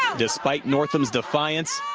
um despite northam's defiance,